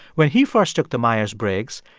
when he first took the myers-briggs,